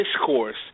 discourse